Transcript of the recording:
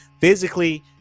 physically